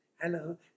Hello